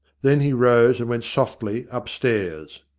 then he rose and went softly upstairs.